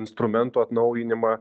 instrumentų atnaujinimą